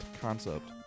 concept